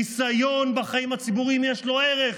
לניסיון בחיים הציבוריים יש ערך.